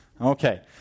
Okay